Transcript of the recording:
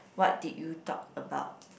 what did you talk about